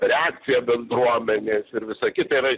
reakcija bendruomenės ir visa kita yra